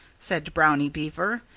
said brownie beaver,